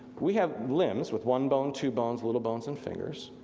we have limbs with one bone, two bones, little bones and fingers,